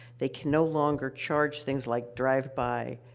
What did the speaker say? they can no longer charge things like drive-by,